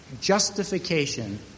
justification